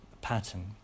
pattern